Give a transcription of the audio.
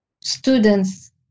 students